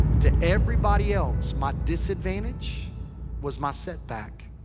to everybody else, my disadvantage was my setback.